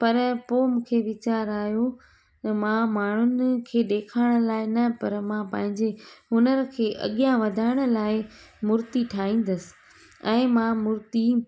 पर पोइ मूंखे वीचारु आयो त मां माण्हुनि खे ॾेखारण लाइ न पर मां पंहिंजे हुनर खे अॻियां वधाइण लाइ मूर्ति ठाहींददि ऐं मां मूर्ति